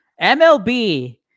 MLB